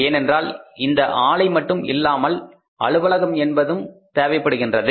ஏனென்றால் இந்த ஆளை மட்டும் இல்லாமல் அலுவலகம் என்பதும் தேவைப்படுகின்றது